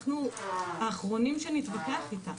אנחנו האחרונים שנתווכח איתה.